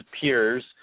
peers